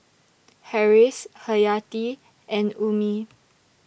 Harris Hayati and Ummi